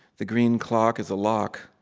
the green clock is a lock.